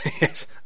yes